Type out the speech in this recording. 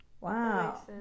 Wow